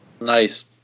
Nice